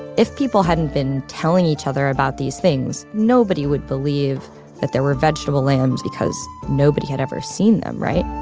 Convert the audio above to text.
if people hadn't been telling each other about these things, nobody would believe that there were vegetable lambs because nobody had ever seen them, right?